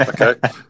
Okay